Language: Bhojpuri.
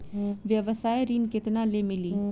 व्यवसाय ऋण केतना ले मिली?